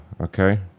okay